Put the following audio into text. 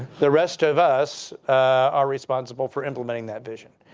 the rest of us are responsible for implementing that vision.